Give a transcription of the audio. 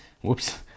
whoops